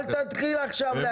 אל תתחיל עכשיו להשמיץ.